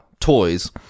toys